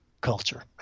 culture